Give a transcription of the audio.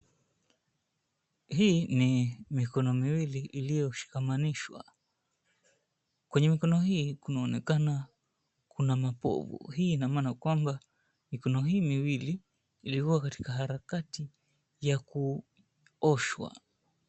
Hii ni mikono miwili iliyoshikamanishwa kwenye mikono hii kunaonekana kuna mapovu. Hii inamaana kwamba mikono hii miwili liko katika harakati ya kuoshwa.